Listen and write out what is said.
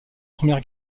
première